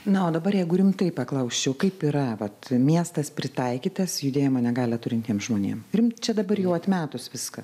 na o dabar jeigu rimtai paklausčiau kaip yra vat miestas pritaikytas judėjimo negalią turintiem žmonėm ir čia dabar jau atmetus viską